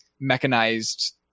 mechanized